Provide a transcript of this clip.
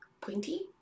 pointy